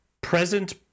present